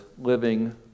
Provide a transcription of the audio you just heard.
living